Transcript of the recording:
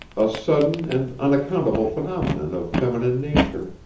a sudden and unaccountable phenomenon of feminine nature,